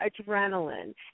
adrenaline